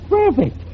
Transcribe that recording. perfect